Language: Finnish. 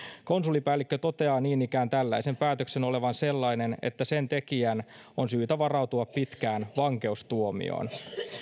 konsulipäällikkö toteaa niin ikään tällaisen päätöksen olevan sellainen että sen tekijän on syytä varautua pitkään vankeustuomioon